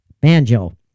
banjo